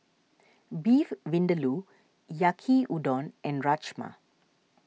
Beef Vindaloo Yaki Udon and Rajma